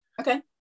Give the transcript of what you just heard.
Okay